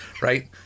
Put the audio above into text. Right